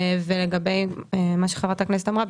לגבי מה שחה"כ אמרה,